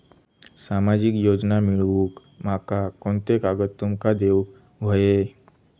सामाजिक योजना मिलवूक माका कोनते कागद तुमका देऊक व्हये?